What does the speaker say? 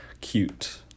cute